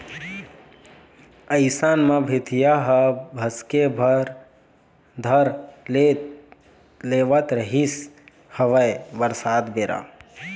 अइसन म भीतिया ह भसके बर धर लेवत रिहिस हवय बरसात बेरा